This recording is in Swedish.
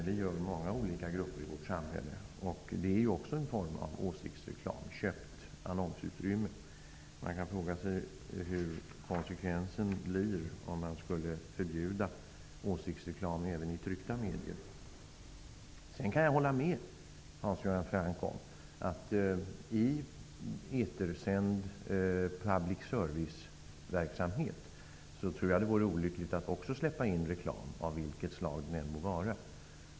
Det gör många olika grupper i vårt samhälle. Det är också en form av åsiktsreklam, ett köpt annonsutrymme. Man kan fråga sig hur konsekvensen blir om man skulle förbjuda åsiktsreklam även i tryckta medier. Sedan kan jag hålla med Hans Göran Franck om att det i etersänd public service-verksamhet vore olyckligt att släppa in reklam av vilket slag den än må vara.